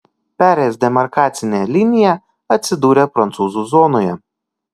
perėjęs demarkacinę liniją atsidūrė prancūzų zonoje